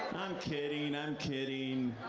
kidding, i'm kidding.